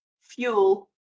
fuel